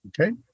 okay